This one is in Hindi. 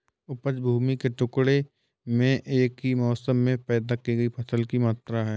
उपज भूमि के टुकड़े में एक ही मौसम में पैदा की गई फसल की मात्रा है